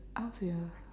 how to say ah